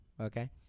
okay